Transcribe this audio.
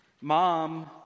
Mom